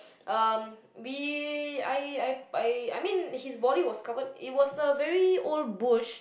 um we I I I I mean his body was covered it was a very old bush